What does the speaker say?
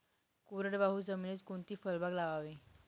कोरडवाहू जमिनीत कोणती फळबाग लावावी?